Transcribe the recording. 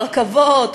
הרכבות,